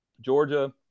Georgia